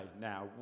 now